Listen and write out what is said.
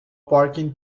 parking